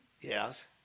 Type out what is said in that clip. Yes